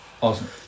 Awesome